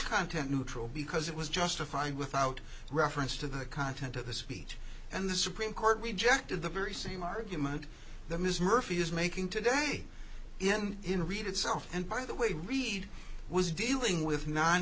content neutral because it was justified without reference to the content of the speech and the supreme court rejected the very same argument that ms murphy is making today in in read itself and by the way reed was dealing with non